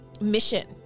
mission